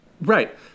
Right